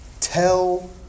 tell